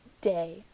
day